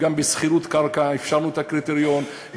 גם בשכירות קרקע הפשרנו את הקריטריון,